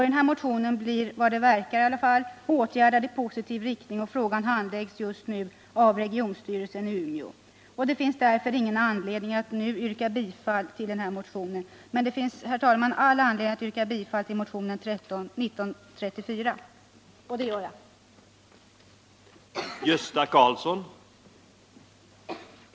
Den motionen blir, som det verkar, åtgärdad i positiv riktning, och hela frågan handläggs av regionstyrelsen i Umeå. Det finns därför ingen anledning att nu yrka bifall till denna motion. Men det finns, herr talman, all anledning att yrka bifall till motionen 1934 — och det gör jag.